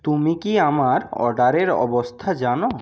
তুমি কি আমার অর্ডারের অবস্থা জানো